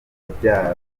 yabyaranye